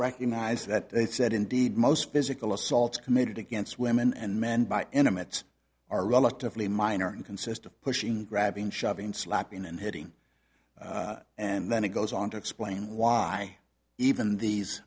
recognised that they said indeed most physical assaults committed against women and men by intimates are relatively minor and consist of pushing grabbing shoving slapping and hitting and then it goes on to explain why even these